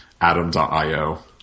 Adam.io